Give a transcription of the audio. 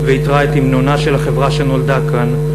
ועיטרה את הִמנונה של החברה שנולדה כאן,